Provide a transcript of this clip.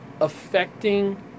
affecting